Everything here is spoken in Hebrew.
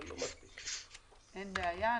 אין בעיה.